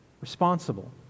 responsible